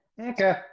Okay